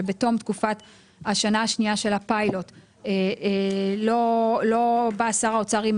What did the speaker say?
שבתום תקופת השנה השנייה של הפיילוט לא בא שר האוצר עם